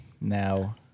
now